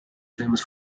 famous